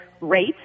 rate